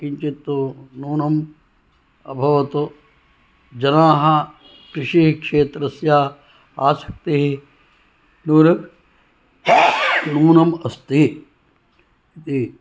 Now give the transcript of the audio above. किञ्चित् न्यूनं अभवत् जनाः कृषिक्षेत्रस्य आसक्तिः न्यूनं न्यूनम् अस्ति इति